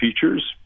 features